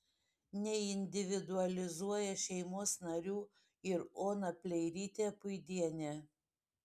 neindividualizuoja šeimos narių ir ona pleirytė puidienė